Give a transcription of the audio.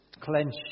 clench